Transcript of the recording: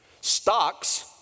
Stocks